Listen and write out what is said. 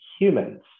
humans